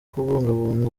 kubungabunga